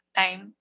time